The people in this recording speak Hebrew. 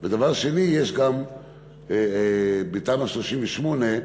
דבר שני, יש גם בתמ"א 38,